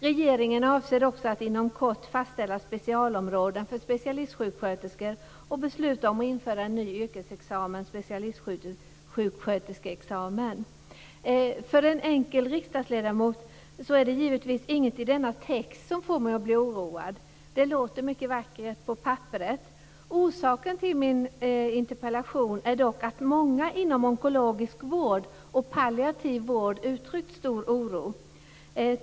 Regeringen avser också att inom kort fastställa specialområden för specialistsjuksköterskor och besluta om att införa en ny yrkesexamen, specialistsjuksköterskeexamen. För en enkel riksdagsledamot är det givetvis inget i denna text som får mig att bli oroad. Det låter mycket vackert på papperet. Orsaken till min interpellation är dock att många inom onkologisk vård och palliativ vård uttryckt stor oro.